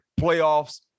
Playoffs